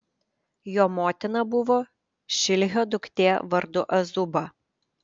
jo motina buvo šilhio duktė vardu azuba